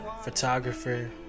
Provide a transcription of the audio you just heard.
Photographer